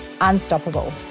unstoppable